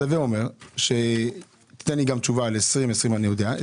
אז הווה אומר שעל 2020 אני יודע,